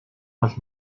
мал